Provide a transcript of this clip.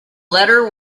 letter